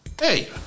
Hey